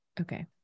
Okay